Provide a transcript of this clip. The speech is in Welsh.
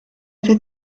fydd